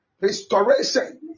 Restoration